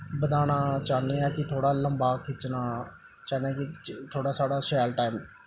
बधाना चाह्न्ने आं कि थोह्ड़ा लंबा खिच्चना चाहन्ने आं कि थोह्ड़ा साढ़ा शैल टैम